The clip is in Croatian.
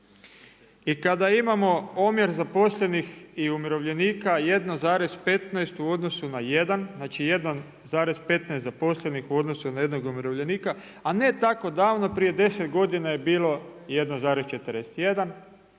i kada imamo omjer zaposlenih i umirovljenika 1,15 u odnosu na 1, znači 1,15 zaposlenih u odnosu na 1 umirovljenika, a ne tako davno, prije 10 godina je bilo 1,41,